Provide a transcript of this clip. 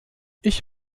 ich